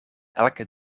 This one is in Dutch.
elke